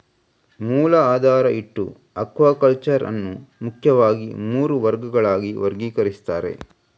ಮೂಲ ಆಧಾರ ಇಟ್ಟು ಅಕ್ವಾಕಲ್ಚರ್ ಅನ್ನು ಮುಖ್ಯವಾಗಿ ಮೂರು ವರ್ಗಗಳಾಗಿ ವರ್ಗೀಕರಿಸ್ತಾರೆ